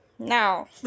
Now